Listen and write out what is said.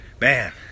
Man